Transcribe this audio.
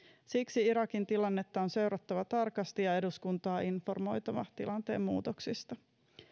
siksi irakin tilannetta on seurattava tarkasti ja eduskuntaa informoitava tilanteen muutoksista